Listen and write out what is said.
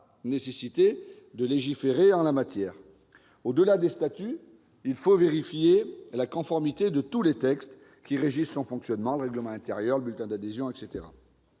nécessité de légiférer en la matière. Au-delà des statuts, il faut vérifier la conformité de tous les textes régissant le fonctionnement de la coopérative- règlement intérieur, bulletin d'adhésion, etc.